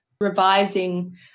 revising